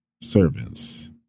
servants